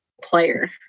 Player